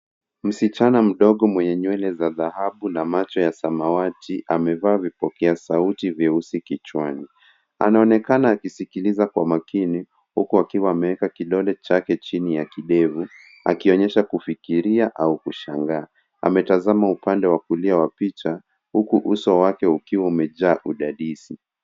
Msichana mdogo mwenye nywele za dhahabu na macho ya samawati amevaa vipokea sauti vyeusi kichwani. Anaonekana akisikiliza kwa makini huku akiwa ameweka kidole chake chini ya kidevu akionyesha kufikiria au kushangaa. Ametazama upande wa kulia wa picha huku uso wake ukiwa umejaa udadizi.